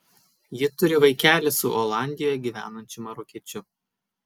ji turi vaikelį su olandijoje gyvenančiu marokiečiu